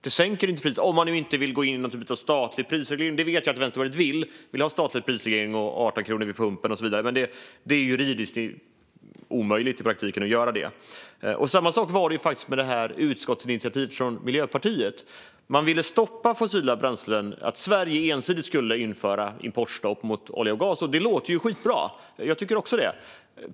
Det sänker inte priset, om man nu inte vill gå in med någon typ av statlig prisreglering. Det vet jag att Vänsterpartiet vill - de vill ha statlig prisreglering, 18 kronor vid pump och så vidare - men det är i praktiken juridiskt omöjligt att göra så. Samma sak var det med utskottsinitiativet från Miljöpartiet. Man ville stoppa fossila bränslen, och man ville att Sverige ensidigt skulle införa importstopp för olja och gas. Och det låter ju skitbra - jag tycker också det!